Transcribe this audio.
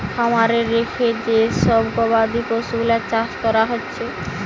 খামারে রেখে যে সব গবাদি পশুগুলার চাষ কোরা হচ্ছে